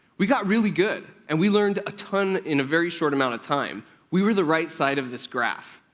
we got really good, and we learned a ton in a very short amount of time. we were the right side of this graph.